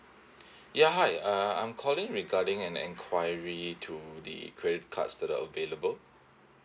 ya hi uh I'm calling regarding an enquiry to the credit cards that are available